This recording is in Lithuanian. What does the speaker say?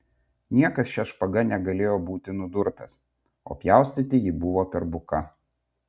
niekas šia špaga negalėjo būti nudurtas o pjaustyti ji buvo per buka